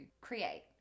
create